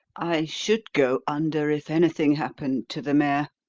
i should go under if anything happened to the mare.